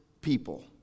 people